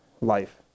life